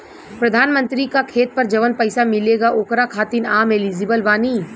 प्रधानमंत्री का खेत पर जवन पैसा मिलेगा ओकरा खातिन आम एलिजिबल बानी?